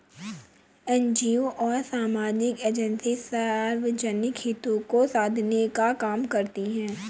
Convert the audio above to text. NGO और सामाजिक agency सार्वजनिक हितों को साधने का काम करती हैं